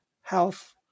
health